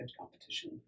competition